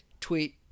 tweet